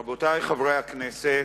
רבותי חברי הכנסת,